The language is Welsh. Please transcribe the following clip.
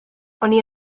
roeddwn